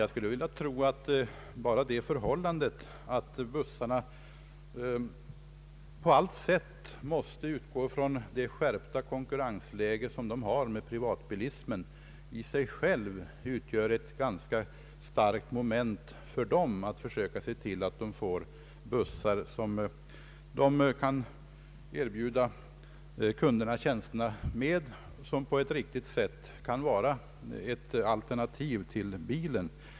Jag skulle tro att redan det förhållandet, att bussbolagen på allt sätt måste utgå från den starka konkurrens som de har från privatbilismen, i sig självt utgör ett ganska starkt motiv för dem att försöka se till att de får bussar som kan utgöra ett verkligt alternativ till bilen.